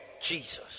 Jesus